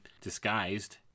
disguised